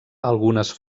algunes